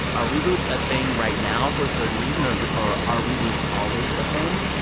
are reboots a thing right now for a certain reason or or are reboots always a thing?